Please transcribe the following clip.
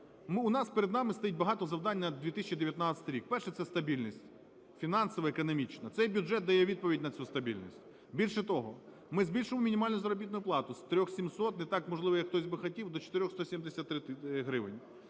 У нас перед нами стоїть багато завдань на 2019 рік. Перше – це стабільність фінансова, економічна. Цей бюджет дає відповідь на цю стабільність. Більше того, ми збільшуємо мінімальну заробітну плату з 3700 – не так, можливо, як хтось би хотів – до 4170 гривень.